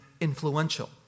influential